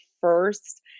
first